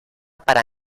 para